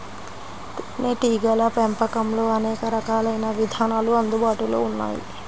తేనీటీగల పెంపకంలో అనేక రకాలైన విధానాలు అందుబాటులో ఉన్నాయి